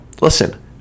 Listen